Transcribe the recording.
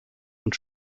und